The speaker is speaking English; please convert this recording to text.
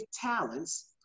talents